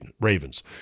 Ravens